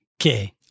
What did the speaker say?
Okay